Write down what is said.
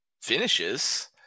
finishes